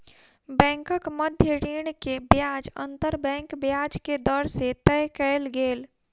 बैंकक मध्य ऋण के ब्याज अंतर बैंक ब्याज के दर से तय कयल गेल